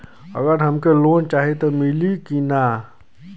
अगर हमके लोन चाही त मिली की ना?